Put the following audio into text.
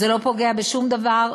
זה לא פוגע בשום דבר,